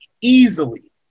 easily